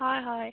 হয় হয়